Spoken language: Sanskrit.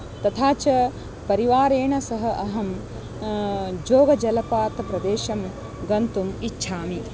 तथा च परिवारेण सह अहं जोगजलपातप्रदेशं गन्तुम् इच्छामि